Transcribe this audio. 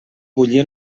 bullir